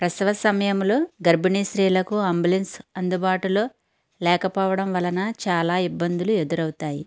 ప్రసవ సమయంలో గర్భిణీ స్త్రీలకూ అంబులెన్స్ అందుబాటులో లేకపోవడం వలన చాలా ఇబ్బందులు ఎదురవుతాయి